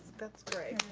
that's great.